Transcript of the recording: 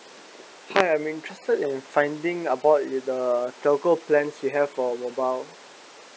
hi I'm interested in finding about is uh telco plans you have for mobile